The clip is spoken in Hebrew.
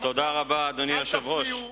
אל תפריעו.